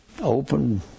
open